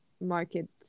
market